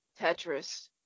Tetris